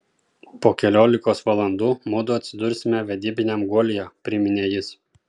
po keliolikos valandų mudu atsidursime vedybiniam guolyje priminė jis